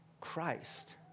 Christ